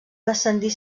descendir